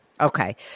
Okay